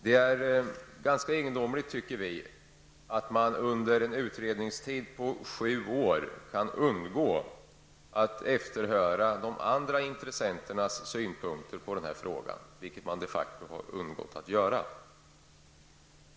Det är ganska egendomligt att man under en utredningstid på sju år kan undgå att efterhöra de andra intressenternas synpunkter på denna fråga, vilket man de facto har undgått att göra.